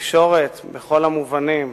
תקשורת בכל המובנים,